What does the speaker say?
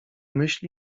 myśli